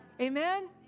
Amen